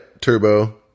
turbo